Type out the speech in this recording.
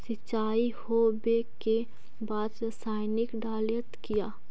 सीचाई हो बे के बाद रसायनिक डालयत किया?